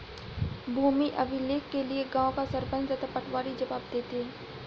भूमि अभिलेख के लिए गांव का सरपंच तथा पटवारी जवाब देते हैं